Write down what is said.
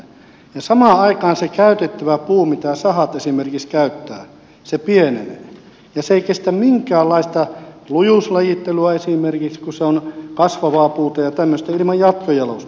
samaan aikaan se puu mitä esimerkiksi sahat käyttävät pienenee ja se ei kestä esimerkiksi minkäänlaista lujuuslajittelua kun se on kasvavaa puuta ja tämmöistä ilman jatkojalostusta